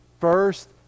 first